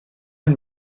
and